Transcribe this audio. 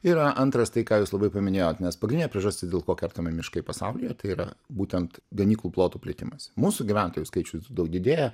ir antras tai ką jūs labai paminėjot nes pagrindinė priežastis dėl ko kertami miškai pasaulyje tai yra būtent ganyklų plotų plėtimas mūsų gyventojų skaičius daug didėja